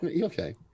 Okay